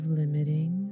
limiting